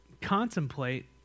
contemplate